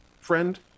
friend